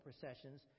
processions